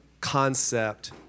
concept